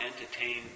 entertain